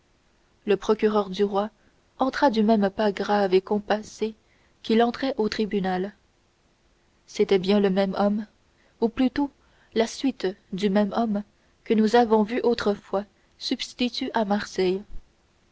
le procureur du roi entra du même pas grave et compassé qu'il entrait au tribunal c'était bien le même homme ou plutôt la suite du même homme que nous avons vu autrefois substitut à marseille